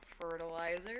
fertilizer